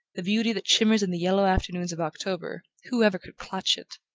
the beauty that shimmers in the yellow afternoons of october, who ever could clutch it?